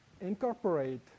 incorporate